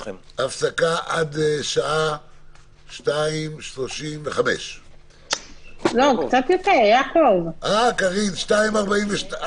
הישיבה ננעלה בשעה 17:12.